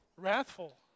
wrathful